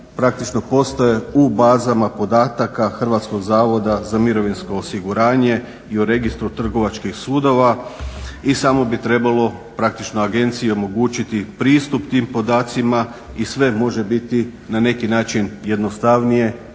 u bazama podataka HZMO i u registru trgovačkih sudova i samo bi trebalo agenciji omogućiti pristup tim podacima i sve može biti na neki način jednostavnije,